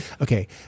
Okay